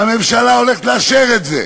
והממשלה הולכת לאשר את זה.